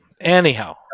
Anyhow